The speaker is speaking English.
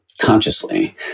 Consciously